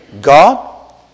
God